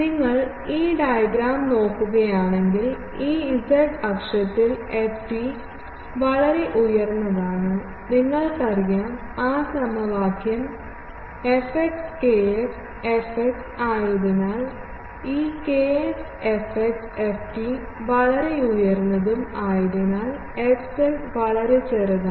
നിങ്ങൾ ഈ ഡയഗ്രം നോക്കുകയാണെങ്കിൽ ഈ z അക്ഷത്തിൽ ftവളരെ ഉയർന്നതാണ് നിങ്ങൾക്കറിയാം ആ സമവാക്യം fx kx fx ആയതിനാൽ ഈ kx fx ft വളരെ ഉയർന്നതും ആയതിനാൽ fz വളരെ ചെറുതാണ്